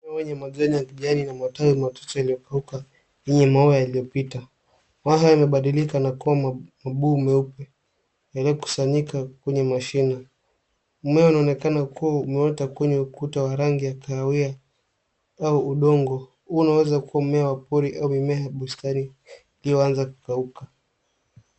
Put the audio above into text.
Mmea wenye majani ya kijani na matawi machache imekauka yenye maua yaliyopita. Mwaha yamebadilika ma kuwa mabuyu meupe yaliyokusanyikwa kwenye mashina. Mmea unaonekana kuwa umeota kwenye ukuta wa rangi ya kahawia au udongo. Huu unaweza kuwa mmea wa pori au mimea ya bustani iliyoanza kukauka.